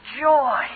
Joy